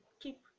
keep